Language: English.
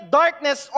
darkness